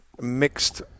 mixed